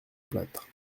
plâtre